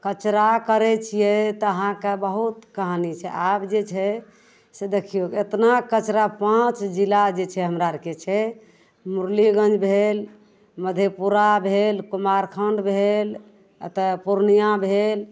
कचरा करै छिए तऽ अहाँके बहुत कहानी छै आब जे छै से देखिऔ एतना कचरा पाँच जिला जे छै हमरा आओरके छै मुरलीगञ्ज भेल मधेपुरा भेल कुमारखण्ड भेल अँ तऽ पूर्णिया भेल